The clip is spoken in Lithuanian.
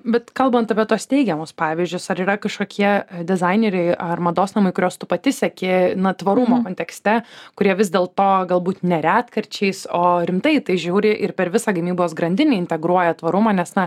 bet kalbant apie tuos teigiamus pavyzdžius ar yra kažkokie dizaineriai ar mados namai kuriuos tu pati seki na tvarumo kontekste kurie vis dėl to galbūt ne retkarčiais o rimtai į tai žiūri ir per visą gamybos grandinę integruoja tvarumą nes na